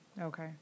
Okay